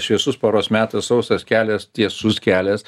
šviesus paros metas sausas kelias tiesus kelias